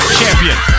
champion